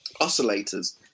oscillators